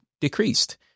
decreased